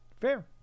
Fair